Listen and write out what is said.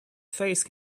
faced